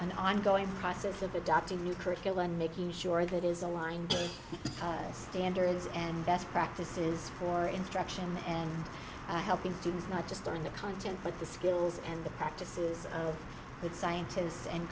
an ongoing process of adopting new curriculum making sure that is aligned standards and best practices for instruction and helping students not just on the content but the skills and the practices of the scientists and